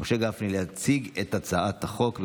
משה גפני להציג את הצעת החוק.